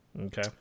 Okay